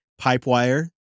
PipeWire